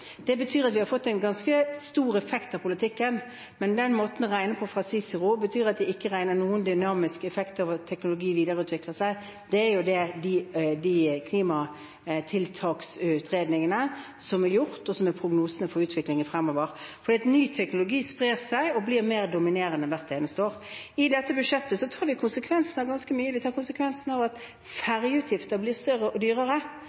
det. Det betyr at vi har fått en ganske stor effekt av politikken, men den måten CICERO regner på, betyr at de ikke regner noen dynamisk effekt av at teknologi videreutvikles. Det er de klimatiltaksutredningene som er gjort, som er prognosene for utviklingen fremover, for ny teknologi sprer seg og blir mer dominerende for hvert eneste år. I dette budsjettet tar vi konsekvensene av ganske mye. Vi tar konsekvensene av at ferjeutgifter blir større og dyrere